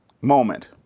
moment